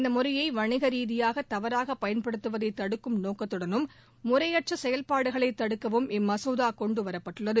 இந்த முறையை வணிக ரீதியாக தவறாக பயன்படுத்துவதை தடுக்கும் நோக்கத்துடனும் முறையற்ற செயல்பாடுகளை தடுக்கவும் இம்மசோதா கொண்டுவரப்பட்டுள்ளது